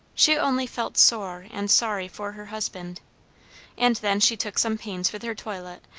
she only felt sore and sorry for her husband and then she took some pains with her toilet,